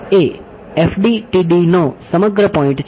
એ FDTD નો સમગ્ર point છે